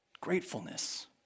Gratefulness